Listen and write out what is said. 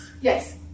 yes